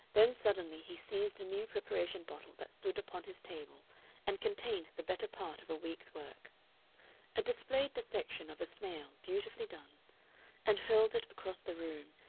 then suddenly he seized a new preparation bottle that stood upon his table and contained the better part of a week's work a displayed dissection of a snail, beautifully done and hurled it across the room,